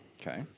Okay